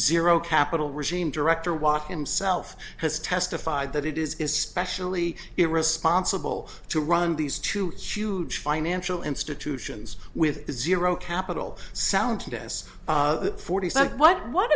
zero capital regime director walk him self has testified that it is especially irresponsible to run these two huge financial institutions with zero capital sound to dance at forty so what what